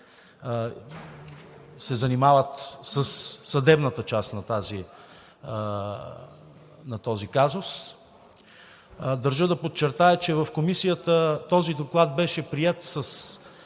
се занимават със съдебната част на този казус. Държа да подчертая, че в Комисията този доклад беше приет с